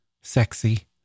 sexy